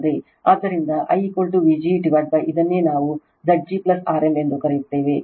ಆದ್ದರಿಂದ I Vg ಅದನ್ನೇ ನಾವು Zg RL ಎಂದು ಕರೆಯುತ್ತೇವೆ